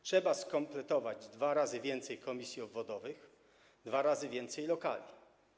Trzeba skompletować dwa razy więcej komisji obwodowych, dwa razy więcej lokali.